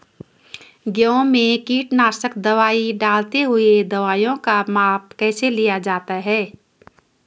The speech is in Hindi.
गेहूँ में कीटनाशक दवाई डालते हुऐ दवाईयों का माप कैसे लिया जाता है?